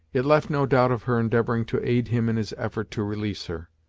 it left no doubt of her endeavouring to aid him in his effort to release her.